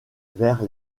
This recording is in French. vers